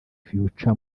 future